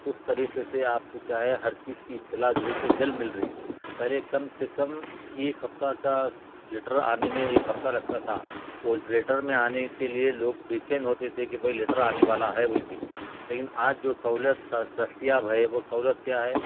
اس طریقے سے آپ کو کیا ہے ہر چیز کی اطلاع جلد سے جلد مل رہی پہلے کم سے کم ایک ہفتہ کا لیٹر آنے میں ایک ہفتہ لگتا تھا وہ لیٹرس میں آنے کے لیے لوگ بے چین ہوتے تھے کہ بھائی لیٹر آنے والا ہے بول کے لیکن آج جو سہولت دستیاب ہے وہ سہولت کیا ہے